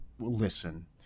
listen